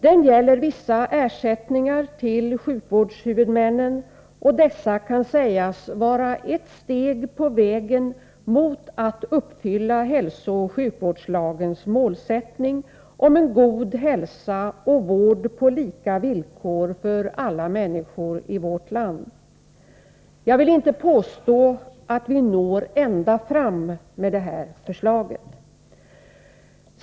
Den gäller vissa ersättningar till sjukvårdshuvudmännen, och dessa ersättningar kan sägas vara ett steg på vägen mot att uppfylla hälsooch sjukvårdslagens målsättning om en god hälsa och vård på lika villkor för alla människor i vårt land. Jag vill inte påstå att vi når ända fram med det här förslaget.